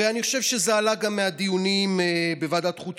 ואני חושב שזה גם עלה מהדיונים בוועדת חוץ